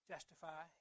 justify